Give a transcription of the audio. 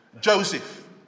Joseph